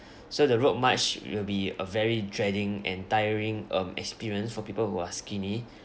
so the route march will be a very dreading and tiring um experience for people who are skinny